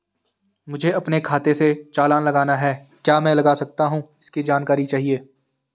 मुझे अपने खाते से चालान लगाना है क्या मैं लगा सकता हूँ इसकी जानकारी चाहिए?